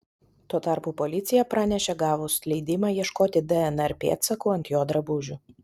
tuo tarpu policija pranešė gavus leidimą ieškoti dnr pėdsakų ant jo drabužių